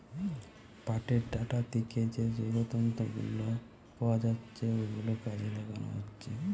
পাটের ডাঁটা থিকে যে জৈব তন্তু গুলো পাওয়া যাচ্ছে ওগুলো কাজে লাগানো হচ্ছে